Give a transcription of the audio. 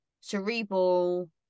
cerebral